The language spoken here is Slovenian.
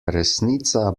resnica